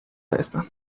testa